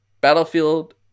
battlefield